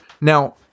Now